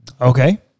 Okay